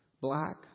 black